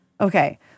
Okay